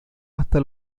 hasta